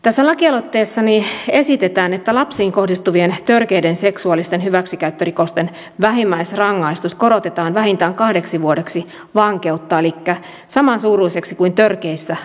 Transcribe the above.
tässä lakialoitteessani esitetään että lapsiin kohdistuvien törkeiden seksuaalisten hyväksikäyttörikosten vähimmäisrangaistus korotetaan vähintään kahdeksi vuodeksi vankeutta elikkä samansuuruiseksi kuin törkeissä raiskausrikoksissa